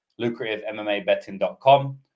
lucrativemmabetting.com